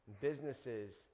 businesses